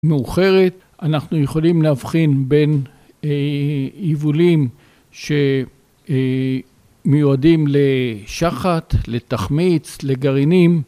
מאוחרת אנחנו יכולים להבחין בין יבולים שמיועדים לשחת לתחמיץ לגרעינים